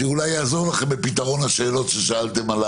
שאולי יעזור לכם בפתרון השאלות ששאלתם.